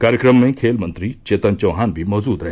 कार्यक्रम में खेल मंत्री चेतन चौहान भी मौजूद रहे